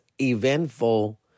eventful